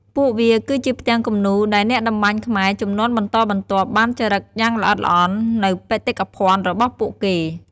ពួកវាគឺជាផ្ទាំងគំនូរដែលអ្នកតម្បាញខ្មែរជំនាន់បន្តបន្ទាប់ បានចារឹកយ៉ាងល្អិតល្អន់នូវបេតិកភណ្ឌរបស់ពួកគេ។